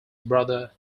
brother